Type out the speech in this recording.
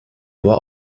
war